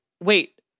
Wait